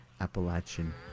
Appalachian